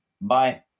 Bye